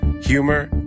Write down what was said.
humor